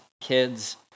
kids